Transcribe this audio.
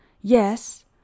Yes